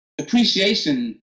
appreciation